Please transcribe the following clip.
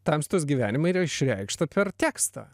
tamstos gyvenime yra išreikšta per tekstą